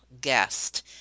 guest